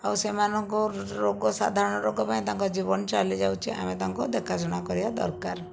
ଆଉ ସେମାନଙ୍କ ରୋଗ ସାଧାରଣ ରୋଗ ପାଇଁ ତାଙ୍କ ଜୀବନ ଚାଲି ଯାଉଛି ଆମେ ତାଙ୍କୁ ଦେଖାଶୁଣା କରିବା ଦରକାର